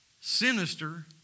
sinister